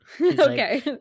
Okay